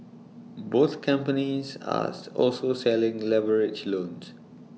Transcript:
both companies as also selling leveraged loans